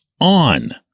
on